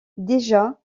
déjà